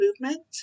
movement